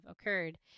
occurred